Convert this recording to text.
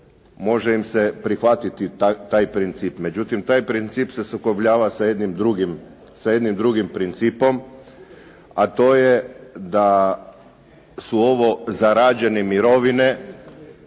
može im se prihvatiti taj princip. Međutim taj princip se sukobljava sa jednim drugim principom, a to je da su ovo zarađene mirovine